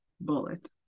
bullet